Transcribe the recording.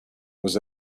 was